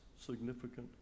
significant